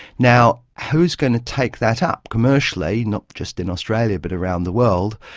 now, who is going to take that up commercially, not just in australia but around the world,